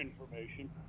information